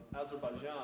Azerbaijan